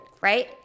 right